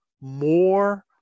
more